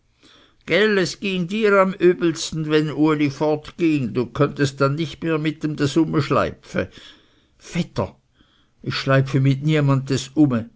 es ging dir am übelsten wenn uli fortging du könntest dann nicht mehr mit ihm desumeschleipfe vetter ich schleipfe mit